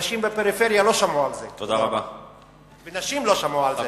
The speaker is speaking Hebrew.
אנשים בפריפריה לא שמעו על זה ונשים לא שמעו על זה.